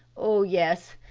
oh, yes,